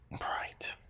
Right